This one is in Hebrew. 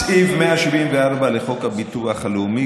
בחוויה שלי זה 100%. סעיף 174 לחוק הביטוח הלאומי